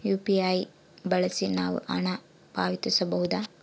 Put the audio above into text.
UPI ಬಳಸಿ ನಾವು ಹಣ ಪಾವತಿಸಬಹುದಾ?